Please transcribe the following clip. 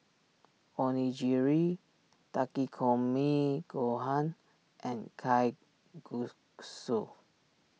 Onigiri Takikomi Gohan and Kalguksu